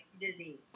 disease